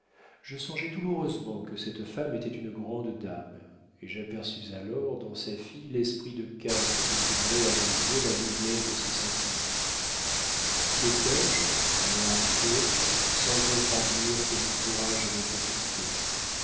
je songeais douloureusement que cette femme était une grande dame et j'aperçus alors dans sa fille l'esprit de caste que couvrait à mes yeux la noblesse de ses sentiments quétais je moi pauvre sans autre avenir que mon courage et mes facultés